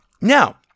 Now